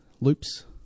loops